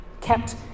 kept